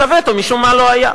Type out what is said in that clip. רק הווטו, משום מה, לא היה.